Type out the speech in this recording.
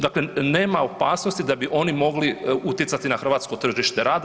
Dakle, nema opasnosti da bi oni mogli utjecati na hrvatsko tržište rada.